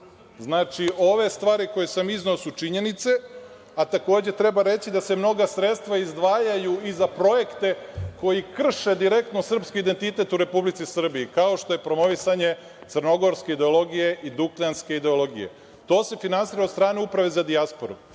Znači, ove stvari koje sam izneo su činjenice, a takođe treba reći da se mnoga sredstva izdvajaju i za projekte koji krše direktno srpski identitet u Republici Srbiji, kao što je promovisanje crnogorske ideologije i dukljanske ideologije. To se finansira od strane Uprave za dijasporu